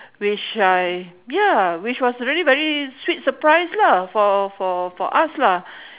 which I ya which was really very sweet surprise lah for for for us lah